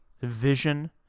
vision